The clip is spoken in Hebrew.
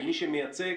כמי שמייצג